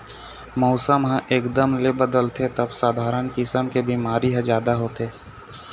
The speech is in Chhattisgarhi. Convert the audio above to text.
मउसम ह एकदम ले बदलथे तब सधारन किसम के बिमारी ह जादा होथे